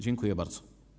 Dziękuję bardzo.